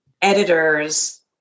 editors